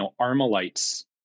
Armalite's